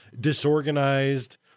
disorganized